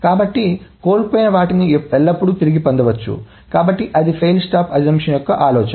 కాబట్టి కోల్పోయిన వాటిని ఎల్లప్పుడూ తిరిగి పొందవచ్చు కాబట్టి అది ఫెయిల్ స్టాప్ అజంప్షన్ ఆలోచన